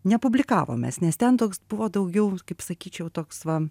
nepublikavom mes nes ten toks buvo daugiau kaip sakyčiau toks va